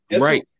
Right